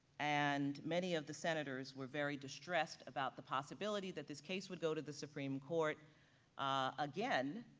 and many of the senators were very distressed about the possibility that this case would go to the supreme court again,